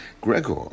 Gregor